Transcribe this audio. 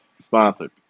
Sponsored